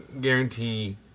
guarantee